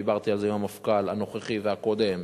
דיברתי על זה עם המפכ"ל הנוכחי והקודם,